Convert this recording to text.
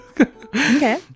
Okay